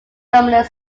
dominant